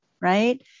right